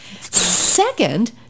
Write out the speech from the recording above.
Second